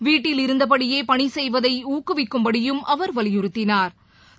வீட்டில் இருந்தபடியேபணிசெய்வதைஊக்குவிக்கும்படியும் அவர் வலியுறுத்தினாா்